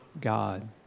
God